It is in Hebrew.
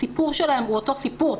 הסיפור שלהן הוא אותו סיפור.